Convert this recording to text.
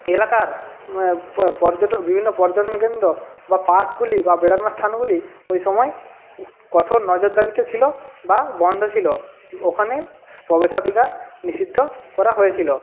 এলাকার পর্যটন বিভিন্ন পর্যটন কেন্দ্র বা পার্কগুলি বা বেড়ানোর স্থানগুলি ওই সময় কঠোর নজরদারিতে ছিল বা বন্ধ ছিল ওখানে প্রবেশাধিকার নিষিদ্ধ করা হয়েছিল